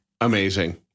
Amazing